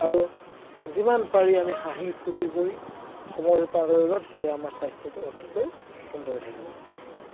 আৰু যিমান পাৰি আমি হাঁহি ফূৰ্তি কৰি সময়বোৰ পাৰ কৰি লাগিব তেতিয়া আমাৰ স্বাস্থ্যটো অতিকৈ সুন্দৰ হৈ থাকিব